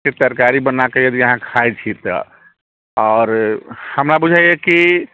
के तरकारी बनाकऽ यदि अहाँ खाइ छी तऽ आओर हमरा बुझाइए कि